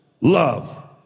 love